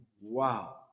Wow